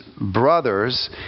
brothers